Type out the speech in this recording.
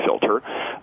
filter